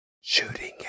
Shooting